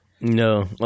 No